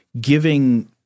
giving—